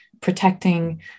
protecting